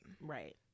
right